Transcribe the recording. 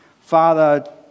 Father